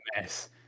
mess